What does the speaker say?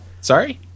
sorry